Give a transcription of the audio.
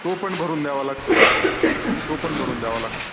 तो पण भरून द्यावा लागतो तो पण भरून द्यावा लागतो